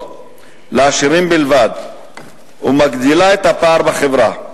לעשירים בלבד ומגדילה את הפער בחברה.